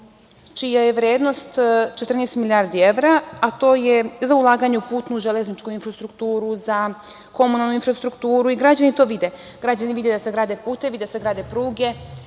čija je vrednost 14 milijardi evra, a to je za ulaganje u putnu, železničku infrastrukturu, za komunalnu infrastrukturu. Građani to vide. Građani vide da se grade putevi, da se grade pruge,